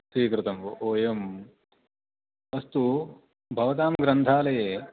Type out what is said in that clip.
स्वीकृतम् ओ एवम् अस्तु भवतां ग्रन्थालये